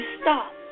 stop